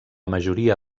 majoria